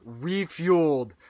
Refueled